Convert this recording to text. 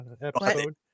episode